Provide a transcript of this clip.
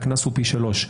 הקנס הוא פי שלושה.